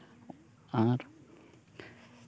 ᱟᱨ